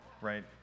right